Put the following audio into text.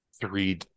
three